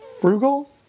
frugal